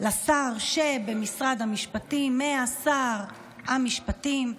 לשר במשרד המשפטים משר המשפטים,